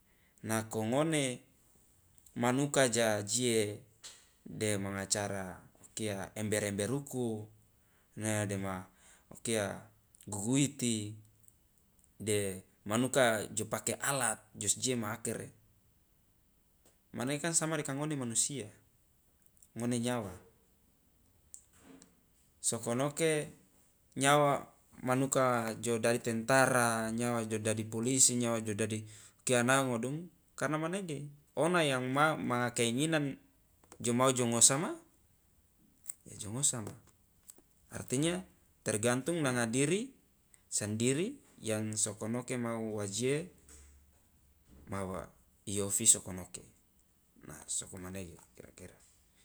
Nako ngone manuka ja je de manga cara okia ember ember uku dema okia guguiti de manuka jo pake alat josje ma akere mane kan sama de ka ngone manusia ngone nyawa sokonoke nyawa manuka jo dadi tentara nyawa jo dadi polisi nyawa jo dadi okia na ngodumu karna manege ona yang manga keinginan jomau jo ngosama ya jongosama artinya tergantung nanga diri sandiri yang sokonoke mau wa je iofi sokonoke na sokomanege kira kira.